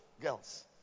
girls